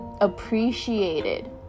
appreciated